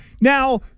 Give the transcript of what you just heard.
Now